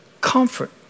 comfort